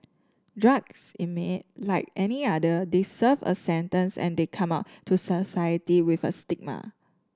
drugs inmate like any other they serve a sentence and they come out to society with a stigma